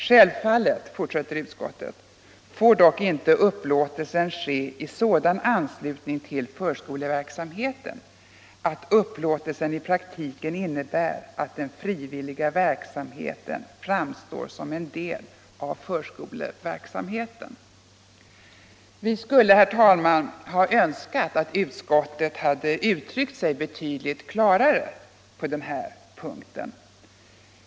Självfallet får dock inte upplåtelsen ske i sådan anslutning till förskoleverksamheten alt upplåtelsen i praktiken innebär att den frivilliga verksamheten framstår som cen del av förskoleverksamheten.” Vi skulle, herr talman, ha önskat att utskottet hade uttryckt sig betydligt klarare på den här punkten.